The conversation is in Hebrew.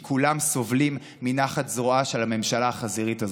כי כולם סובלים מנחת זרועה של הממשלה החזירית הזאת.